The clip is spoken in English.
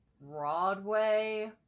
broadway